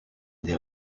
des